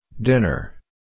Dinner